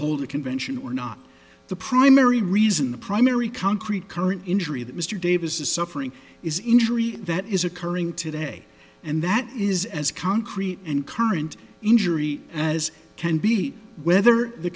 hold a convention or not the primary reason the primary concrete current injury that mr davis is suffering is injury that is occurring today and that is as concrete and current injury as can be whether the